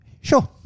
sure